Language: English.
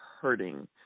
hurting